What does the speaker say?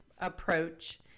approach